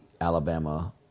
Alabama